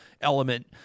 element